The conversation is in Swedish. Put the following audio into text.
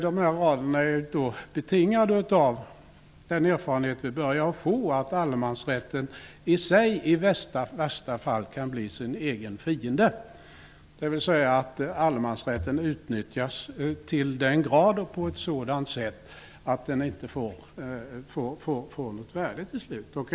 De här raderna är betingade av den erfarenhet som vi börjar få av att allemansrätten i värsta fall kan bli sin egen fiende genom att den utnyttjas till den grad och på ett sådant sätt att den till slut inte får något värde.